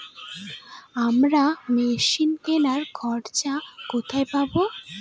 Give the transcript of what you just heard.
আমরা মেশিন কেনার খরচা কোথায় পাবো?